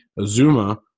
Azuma